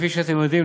כפי שאתם יודעים,